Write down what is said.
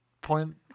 point